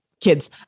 kids